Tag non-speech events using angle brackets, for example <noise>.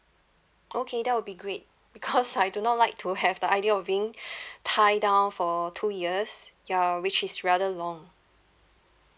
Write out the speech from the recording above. okay that will be great because <laughs> I do not like to have the idea of being <breath> tie down for two years ya which is rather long